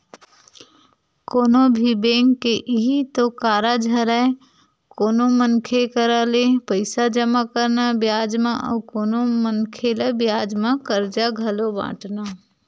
कोनो भी बेंक के इहीं तो कारज हरय कोनो मनखे करा ले पइसा जमा करना बियाज म अउ कोनो मनखे ल बियाज म करजा घलो बाटना